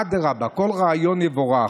אדרבה, כל רעיון יבורך.